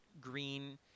green